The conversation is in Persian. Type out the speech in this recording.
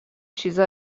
چیزا